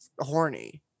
horny